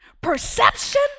Perception